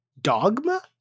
dogma